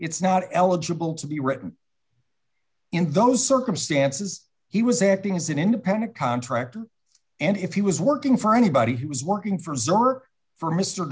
it's not eligible to be written in those circumstances he was acting as an independent contractor and if he was working for anybody who was working for his or for m